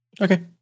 Okay